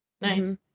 Nice